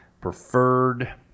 preferred